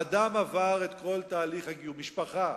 אדם עבר את כל תהליך הגיור, משפחה